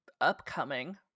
Upcoming